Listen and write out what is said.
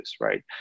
right